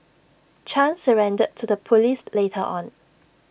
chan surrendered to the Police later on